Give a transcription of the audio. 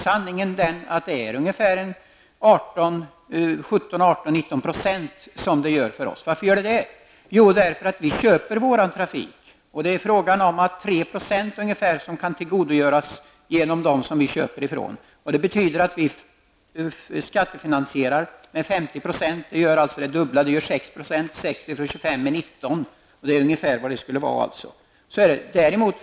Sanningen är att kostnadsökningen gör 17--19 % för oss. Varför är det så? Jo, för att vi köper vår trafik. Ungefär 3 % kan tillgodogöras genom dem vi köper från. Det betyder att vi skattefinansierar med 50 %. Det ger det dubbla, alltså 6 %. 6 från 25 är 19. Det är ungefär vad det skulle röra sig om.